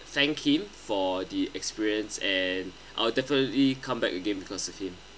thank him for the experience and I'll definitely come back again because of him